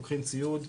לוקחים ציוד.